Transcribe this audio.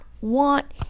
want